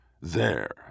There